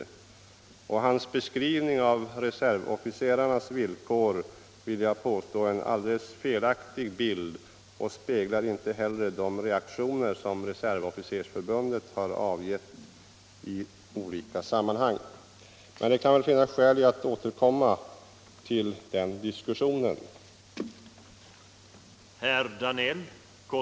Jag vill påstå att hans beskrivning av reservofficerarnas villkor ger en alldeles felaktig bild och inte heller speglar de reaktioner som Reservofficersförbundet har givit uttryck för i olika sammanhang. Men det kan väl finnas skäl för att återkomma till den diskussionen senare.